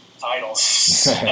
titles